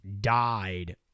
died